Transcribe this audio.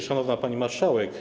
Szanowna Pani Marszałek!